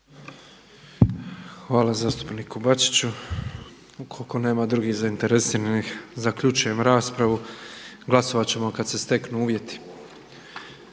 Hvala zastupniku Bačiću. Ukoliko nema drugih zainteresiranih zaključujem raspravu. Glasovat ćemo kad se steknu uvjeti.